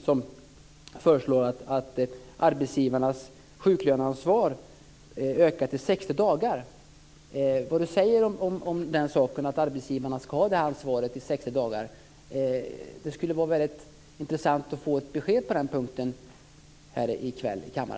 Man föreslår att arbetsgivarnas sjuklöneansvar ska öka till 60 dagar. Vad säger Barbro Andersson Öhrn om den saken? Det vore intressant att få ett besked på den punkten här i kammaren i kväll.